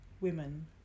Women